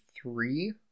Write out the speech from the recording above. three